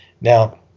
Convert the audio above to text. Now